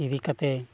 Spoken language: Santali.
ᱤᱫᱤ ᱠᱟᱛᱮᱫ